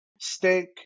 steak